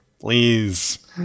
Please